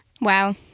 Wow